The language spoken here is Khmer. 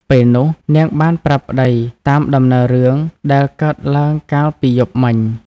ពេលនោះនាងបានប្រាប់ប្ដីតាមដំណើររឿងដែលកើតឡើងកាលពីយប់មិញ។